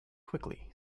quickly